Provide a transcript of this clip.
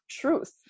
truth